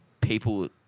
people